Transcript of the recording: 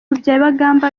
byabagamba